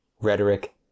rhetoric